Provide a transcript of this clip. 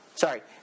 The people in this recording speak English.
Sorry